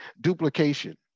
duplication